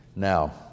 Now